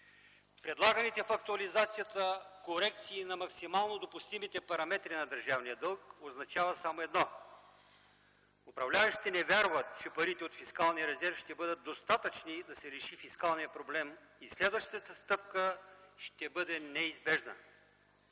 Предлаганите в актуализацията корекции на максимално допустимите параметри на държавния дълг означава само едно: управляващите не вярват, че парите от фискалния резерв ще бъдат достатъчни, за да се реши фискалният проблем. И следващата стъпка ще бъде неизбежна.